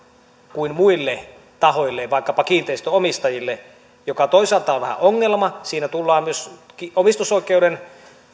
kuin muille tahoille vaikkapa kiinteistönomistajille mikä toisaalta on vähän ongelma siinä tullaan myös omistusoikeuden